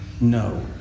no